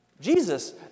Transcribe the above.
Jesus